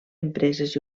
empreses